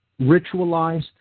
ritualized